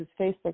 Facebook